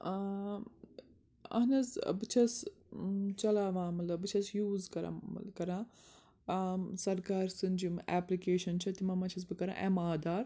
ٲں اہن حظ ٲں بہٕ چھیٚس چَلاوان مطلب بہٕ چھیٚس یوٗز کَرن کَران ٲں سرکار سٕنٛچۍ یِم ایٚپلِکیشن چھِ تِمو منٛز چھیٚس بہٕ کَران ایٚم آدھار